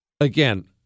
Again